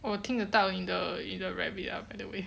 我听得到你的你的 rabbit ah by the way